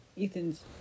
Ethan's